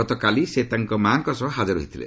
ଗତକାଲି ସେ ତାଙ୍କ ମା'ଙ୍କ ସହ ହାଜର ହୋଇଥିଲେ